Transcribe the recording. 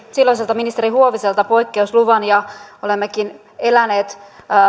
silloiselta ministeri huoviselta poikkeusluvan ja olemmekin eläneet